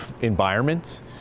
environments